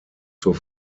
zur